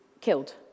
killed